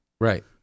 right